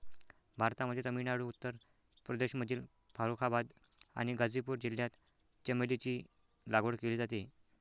भारतामध्ये तामिळनाडू, उत्तर प्रदेशमधील फारुखाबाद आणि गाझीपूर जिल्ह्यात चमेलीची लागवड केली जाते